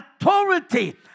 authority